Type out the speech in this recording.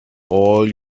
all